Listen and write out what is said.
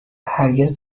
هرگز